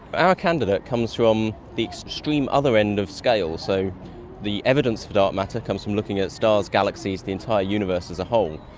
our candidate comes from the extreme other end of scale. so the evidence for dark matter comes from looking at stars, galaxies, the entire universe as a whole.